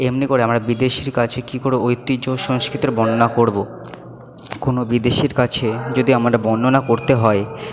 এমনি করে আমরা বিদেশির কাছে কি করে ঐতিহ্য সংস্কৃতির বর্ণনা করবো কোনো বিদেশির কাছে যদি আমরা বর্ণনা করতে হয়